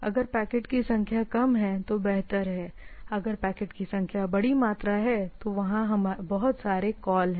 अगर पैकेट की संख्या कम है तो बेहतर है अगर पैकेट की एक बड़ी मात्रा है तो वहाँ बहुत सारे कॉल हैं